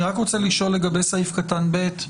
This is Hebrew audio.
אני רוצה לשאול לגבי סעיף קטן (ב).